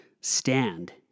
stand